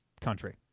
country